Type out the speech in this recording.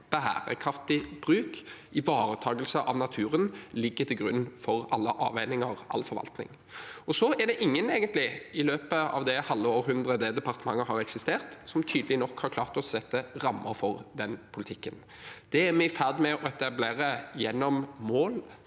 bærekraftig bruk og ivaretakelse av naturen ligger til grunn for alle avveininger og all forvaltning. Så er det egentlig ingen som i løpet av det halve århundret det departementet har eksistert, tydelig nok har klart å sette rammer for den politikken. Det er vi i ferd med å etablere gjennom mål,